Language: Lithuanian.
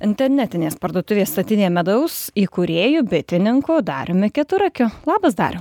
internetinės parduotuvės statinė medaus įkūrėju bitininku dariumi keturakiu labas dariau